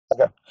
okay